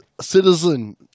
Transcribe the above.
citizen